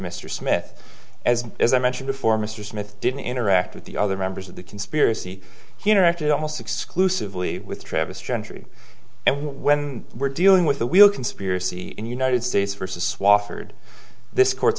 mr smith as as i mentioned before mr smith didn't interact with the other members of the conspiracy he interacted almost exclusively with travis gentry and when we're dealing with the wheel conspiracy in the united states versus swofford this court's